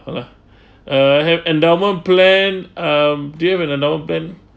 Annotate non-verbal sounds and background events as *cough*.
lah *breath* uh have endowment plan um do you have endowment plan